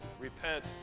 Repent